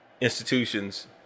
institutions